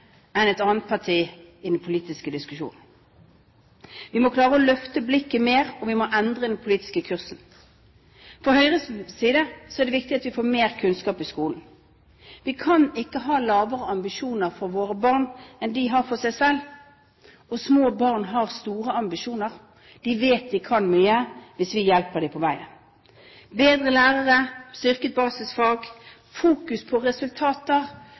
enn et annet parti. Vi må klare å løfte blikket mer, og vi må endre den politiske kursen. For Høyre er det viktig at vi får mer kunnskap i skolen. Vi kan ikke ha lavere ambisjoner for våre barn enn de har for seg selv, og små barn har store ambisjoner. De vet de kan mye hvis vi hjelper dem på veien – med bedre lærere, styrkede basisfag, fokus på resultater